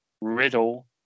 Riddle